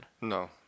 No